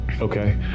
Okay